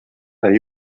are